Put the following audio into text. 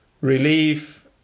relief